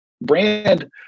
Brand